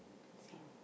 same